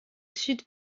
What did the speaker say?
sud